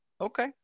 Okay